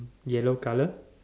yellow colour